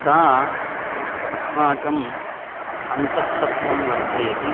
सा अस्माकम् अन्तःसत्वं वर्धयति